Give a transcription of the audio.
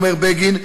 אומר בגין,